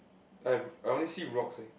I have I only see rocks eh